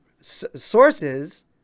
sources